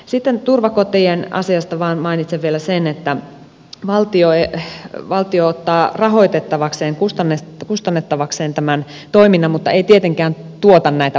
sitten turvakotien asiasta vain mainitsen vielä sen että valtio ottaa rahoitettavakseen kustannettavakseen tämän toiminnan mutta ei tietenkään tuota näitä palveluita